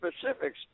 specifics